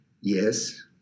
Yes